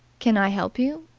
can i help you?